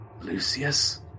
Lucius